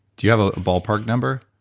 do you have a ballpark number?